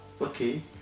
okay